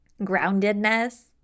groundedness